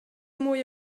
mwy